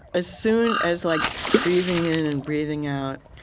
as soon as, like breathing in and breathing out,